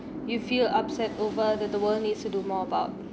you feel upset over the the world needs to do more about